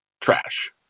trash